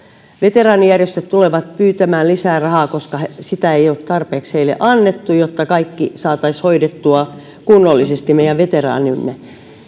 veteraanijärjestöt tulevat pyytämään lisää rahaa koska sitä ei ole tarpeeksi heille annettu jotta kaikki saataisiin hoidettua kunnollisesti meidän veteraaneillemme